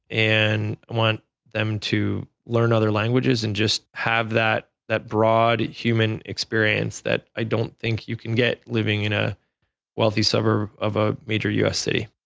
and want them to learn other languages and just have that that broad human experience that i don't think you can get living in a wealthy suburb of a major usc.